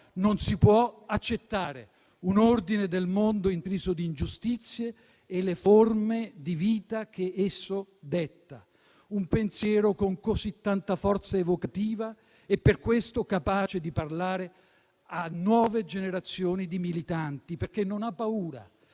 non si può accettare un ordine del mondo intriso di ingiustizie e le forme di vita che esso detta". Un pensiero con così tanta forza evocativa, e per questo capace di parlare a nuove generazioni di militanti, perché non ha paura